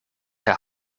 herr